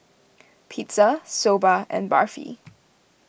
Pizza Soba and Barfi